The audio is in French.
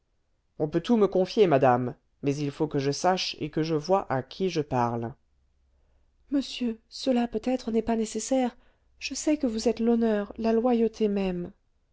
on peut tout me confier madame mais il faut que je sache et que je voie à qui je parle monsieur cela peut-être n'est pas nécessaire je sais que vous êtes l'honneur la loyauté même